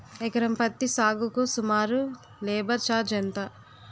ఎకరం పత్తి సాగుకు సుమారు లేబర్ ఛార్జ్ ఎంత?